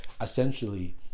essentially